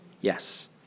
Yes